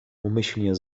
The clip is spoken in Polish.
umyślnie